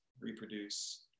reproduce